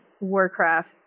Warcraft